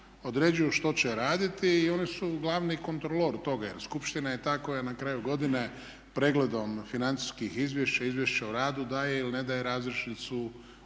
određuju što će raditi i oni su glavni kontrolor toga jer skupština je ta koja na kraju godine pregledom financijskih izvješća, izvješća o radu daje ili ne daje razrješnicu upravi